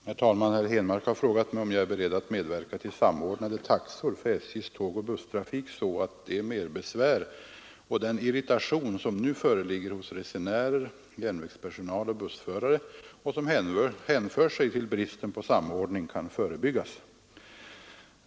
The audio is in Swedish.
Herr talman! Herr Henmark har frågat mig om jag är beredd att medverka till samordnade taxor för SJ:s tågoch busstrafik så att det merbesvär och den irritation som nu föreligger hos resenärer, järnvägspersonal och bussförare och som hänför sig till bristen på samordning kan förebyggas.